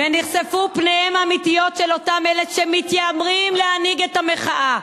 ונחשפו פניהם האמיתיות של אותם אלה שמתיימרים להנהיג את המחאה.